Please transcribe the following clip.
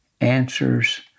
answers